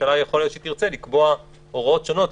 הממשלה תרצה לקבוע הוראות שונות,